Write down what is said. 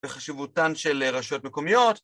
וחשיבותן של רשויות מקומיות.